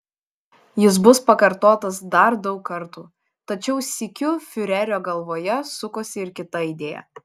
jis bus pakartotas dar daug kartų tačiau sykiu fiurerio galvoje sukosi ir kita idėja